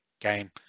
game